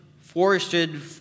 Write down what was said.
forested